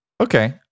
Okay